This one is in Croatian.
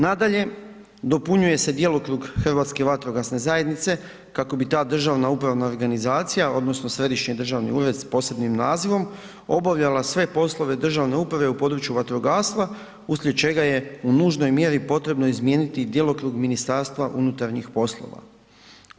Nadalje, dopunjuje se djelokrug Hrvatske vatrogasne zajednice kako bi ta državna upravna organizacija odnosno Središnji državni ured s posebnim nazivom, obavljala sve poslove državne uprave u području vatrogastva uslijed čega je u nužnoj mjeri potrebno izmijeniti i djelokrug MUP-a.